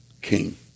King